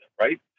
right